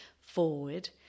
forward